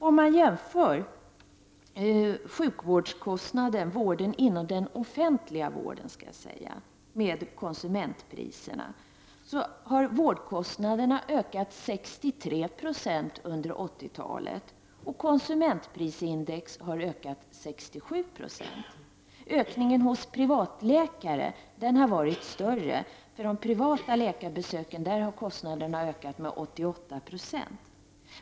Om man jämför sjukvårdskostnaderna inom den offentliga vården med konsumentpriserna har vårdkostnaderna ökat med 63 26 under 80-talet, och konsumentprisindex har ökat med 67 20. Kostnadsökningen för de privata läkarbesöken har varit större, den kostnaden har ökat med 88 Jo.